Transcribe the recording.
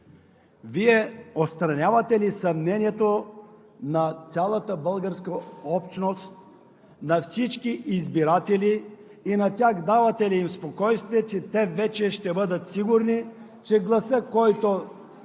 Вие отстранявате ли съмнението на цялата българска общност, на всички избиратели и давате ли им спокойствие, че те вече ще бъдат сигурни, че гласът, който